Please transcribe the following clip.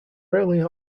earlier